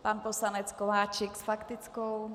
Pan poslanec Kováčik s faktickou.